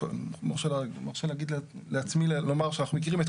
אני מרשה לעצמי לומר שאנחנו מכירים את